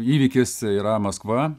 įvykis yra maskva